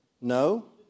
No